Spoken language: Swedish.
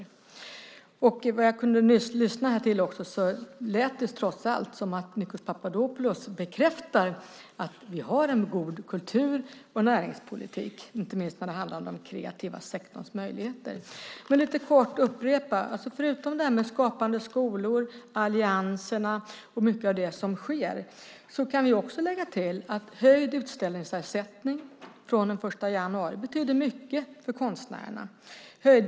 Att döma av vad jag kan nyss kunde lyssna till bekräftar Nikos Papadopoulos trots allt att vi har en god kultur och näringspolitik, inte minst när det handlar om den kreativa sektorns möjligheter. En kort upprepning: Till skapande skolor, allianserna och mycket av det andra som sker kan vi också lägga höjningen av utställningsersättningen den 1 januari, som betyder mycket för konstnärerna.